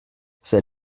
c’est